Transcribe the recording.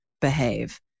behave